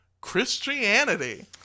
Christianity